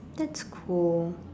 that's cool